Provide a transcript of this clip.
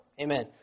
Amen